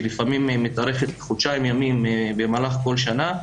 שלפעמים היא מתארכת חודשיים ימים במהלך כל שנה,